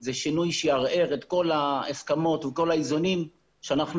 זה שינוי שיערער את כל ההסכמות ואת כל האיזונים שאנחנו